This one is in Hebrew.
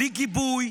בלי גיבוי,